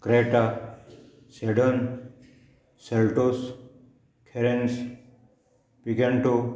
Creta sedan Seltos Carens Picanto